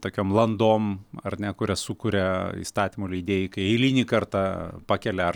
tokiom landom ar ne kurias sukuria įstatymų leidėjai kai eilinį kartą pakelia ar